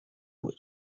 with